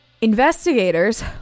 investigators